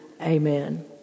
amen